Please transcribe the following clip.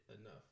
enough